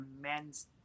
men's